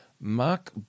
Mark